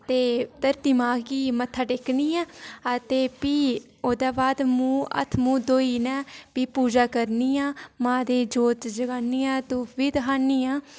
ते धरती मां गी मत्था टेकनी आं अ ते प्ही ओह्दे बाद मूंह् हत्थ मूंह् धोइयै ना भी पूजा करनी आं मां दे जोत जगानी आं धूफ बी धखानी आं